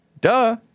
Duh